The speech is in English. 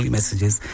messages